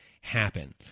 happen